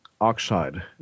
oxide